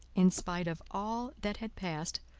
in spite of all that had passed,